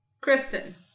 kristen